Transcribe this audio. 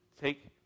take